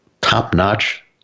top-notch